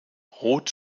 rot